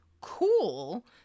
Cool